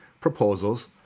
proposals